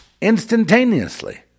instantaneously